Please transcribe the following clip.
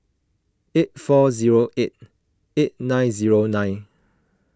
eight four zero eight eight nine zero nine